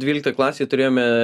dvyliktoje klasėje turėjome